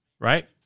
right